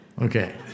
Okay